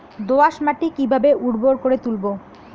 দোয়াস মাটি কিভাবে উর্বর করে তুলবো?